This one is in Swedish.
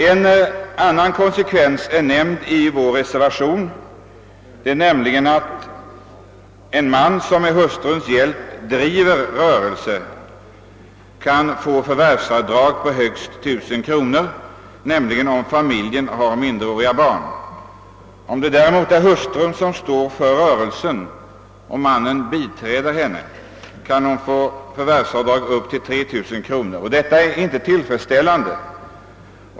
En annan konsekvens som också är nämnd i vår första reservation är att en man som med hustruns hjälp driver en rörelse kan få förvärvsavdrag med högst 1000 kronor, om familjen har minderåriga barn. Om det däremot är hustrun som står för rörelsen och mannen biträder henne där kan hon få förvärvsavdrag upp till 3 000 kronor. Detta förhållande är inte tillfredsställande.